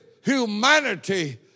humanity